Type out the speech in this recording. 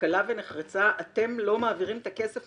שכלה ונחרצה אתם לא מעבירים את הכסף,